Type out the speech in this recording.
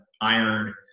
iron